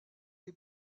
les